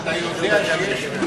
אבל יש אלפי עולים,